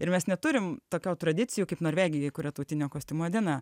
ir mes neturim tokio tradicijų kaip norvegijoj kur yra tautinio kostiumo diena